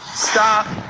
stop,